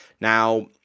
now